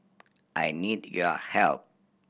I need your help